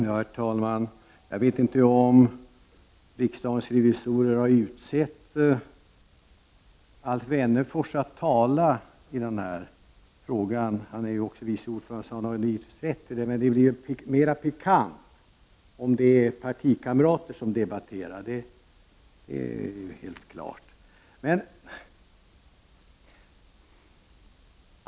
Herr talman! Jag vet inte om riksdagens revisorer har utsett Alf Wennerfors att tala i den här frågan. Han är ju också vice ordförande, så han har givetvis rätt till det. Men det blir mera pikant om det är partikamrater som debatterar — det är helt klart.